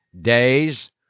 days